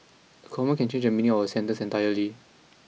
a comma can change the meaning of a sentence entirely